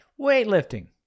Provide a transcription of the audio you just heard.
Weightlifting